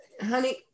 honey